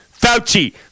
Fauci